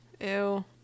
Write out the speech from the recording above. Ew